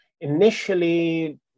initially